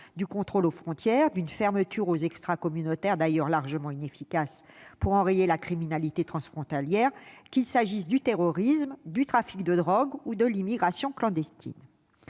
du contrôle aux frontières et d'une fermeture aux extracommunautaires, modèle d'ailleurs largement inefficace pour enrayer la criminalité transfrontalière, qu'il s'agisse de terrorisme, de trafic de drogue ou d'immigration clandestine.